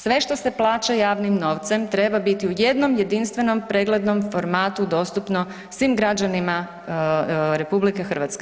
Sve što se plaća javnim novcem treba biti u jednom jedinstvenom preglednom formatu dostupno svim građanima RH.